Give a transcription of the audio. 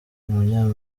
washinze